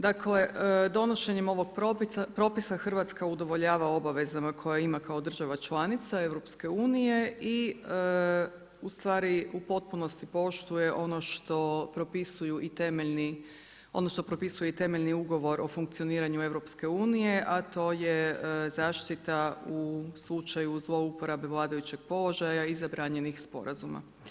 Dakle, donošenjem ovog propisa Hrvatska udovoljava obavezama koje ima kao država članica EU i ustvari u potpunosti poštuje ono što propisuju i temeljni, odnosno propisuje temeljni ugovor o funkcioniranju EU, a to je zaštita u slučaju zlouporabe vladajućeg položaja i zabranjenih sporazuma.